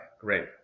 great